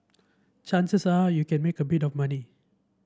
chances are you can make a bit of money